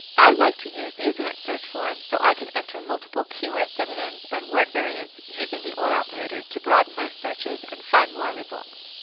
i like to use the advanced search form so i can enter multiple keyword synonyms and word variance using the or operator to broaden my searches and find more results.